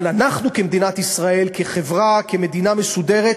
אבל אנחנו כמדינת ישראל, כחברה, כמדינה מסודרת,